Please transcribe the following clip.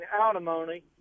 alimony